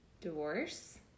divorce